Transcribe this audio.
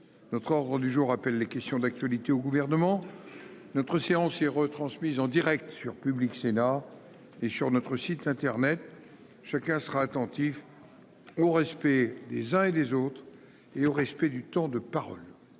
Notre ordre du jour appelle les questions d'actualité au gouvernement. Notre séance et retransmise en Direct sur Public Sénat et sur notre site internet, chacun sera attentif. Au respect des uns et des autres et au respect du temps de parole.